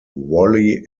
wholly